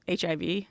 HIV